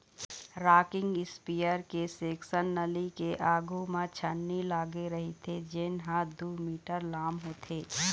rocking sprayer के section नली के आघू म छन्नी लागे रहिथे जेन ह दू मीटर लाम होथे